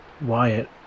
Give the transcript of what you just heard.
Wyatt